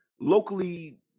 locally